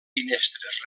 finestres